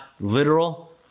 literal